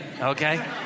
Okay